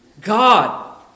God